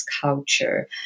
culture